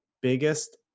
biggest